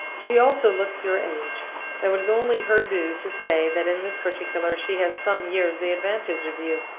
she also looks your age though it is only her due to say that, in this particular, she has some years the advantage of you.